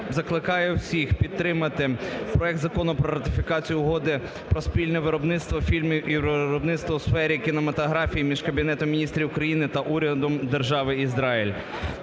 закликаю всіх підтримати проект Закону про ратифікацію Угоди про спільне виробництво фільмів і співробітництво у сфері кінематографії між Кабінетом Міністрів України та Урядом Держави Ізраїль.